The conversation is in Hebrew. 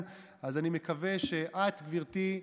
אז אני מקווה שאת, גברתי,